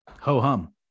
ho-hum